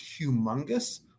humongous